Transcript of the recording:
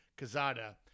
Cazada